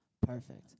Perfect